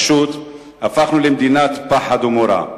פשוט הפכנו למדינת פחד ומורא.